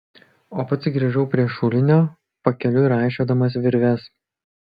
o pats grįžau prie šulinio pakeliui raišiodamas virves